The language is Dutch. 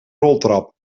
roltrap